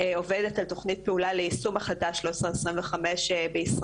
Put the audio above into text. עובדת על תוכנית פעולה ליישום החלטה 1325 בישראל,